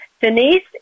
Denise